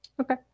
Okay